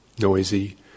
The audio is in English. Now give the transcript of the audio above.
noisy